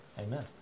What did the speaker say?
Amen